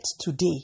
today